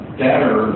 better